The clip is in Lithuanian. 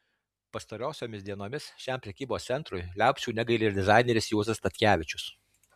pastarosiomis dienomis šiam prekybos centrui liaupsių negaili ir dizaineris juozas statkevičius